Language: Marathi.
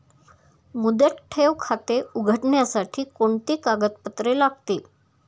मुदत ठेव खाते उघडण्यासाठी कोणती कागदपत्रे लागतील?